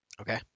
Okay